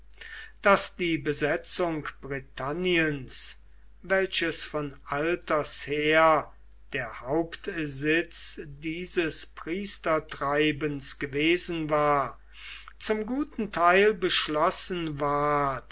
daß die besetzung britanniens welches von alters her der hauptsitz dieses priestertreibens gewesen war zum guten teil beschlossen ward